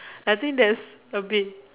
I think that's a Bin